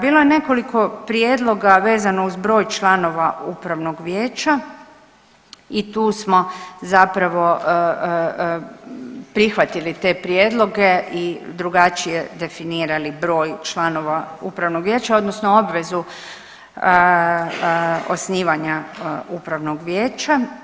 Bilo je nekoliko prijedloga vezano uz broj članova upravnog vijeća i tu smo zapravo prihvatili te prijedloge i drugačije definirali broj članova upravnog vijeća, odnosno obvezu osnivanja upravnog vijeća.